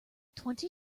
twenty